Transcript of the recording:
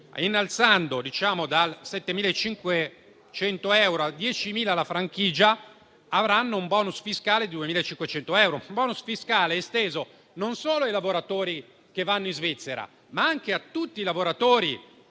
innalzata da 7.500 euro a 10.000 euro la franchigia, avranno un *bonus* fiscale di 2.500 euro, destinato non solo ai lavoratori che vanno in Svizzera, ma esteso anche a tutti i lavoratori